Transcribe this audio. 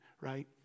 right